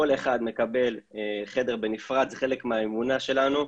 כל אחד מקבל חדר בנפרד, זה חלק מהאמונה שלנו,